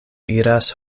iras